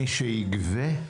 מי שיגבה,